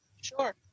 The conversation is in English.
Sure